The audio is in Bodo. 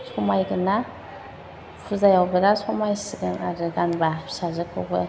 समायगोन ना फुजायाव बिराद समायसिनगोन आरो गानोबा फिसाजोखौबो